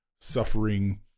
suffering